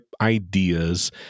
ideas